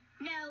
No